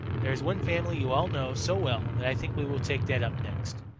there is one family you all know so well that i think we will take that up next.